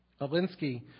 Alinsky